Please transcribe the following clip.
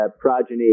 progeny